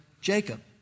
Jacob